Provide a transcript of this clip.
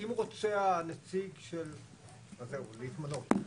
אם רוצה הנציג של זהו להתמנות,